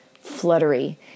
fluttery